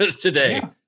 today